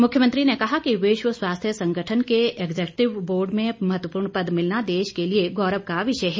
मुख्यमंत्री ने कहा कि विश्व स्वास्थ्य संगठन के एक्जेक्यूटिव बोर्ड में महत्वपूर्ण पद मिलना देश के लिए गौरव का विषय है